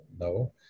No